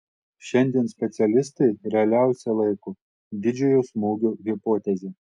šiandien specialistai realiausia laiko didžiojo smūgio hipotezę